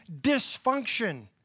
dysfunction